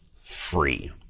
free